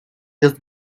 just